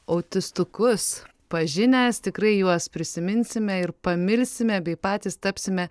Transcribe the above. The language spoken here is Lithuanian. autistukus pažinęs tikrai juos prisiminsime ir pamilsime bei patys tapsime